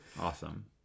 Awesome